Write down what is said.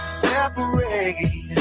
separate